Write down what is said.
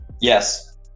Yes